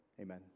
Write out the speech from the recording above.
Amen